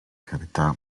carità